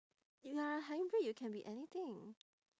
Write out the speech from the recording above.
you are a hybrid you can be anything